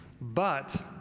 But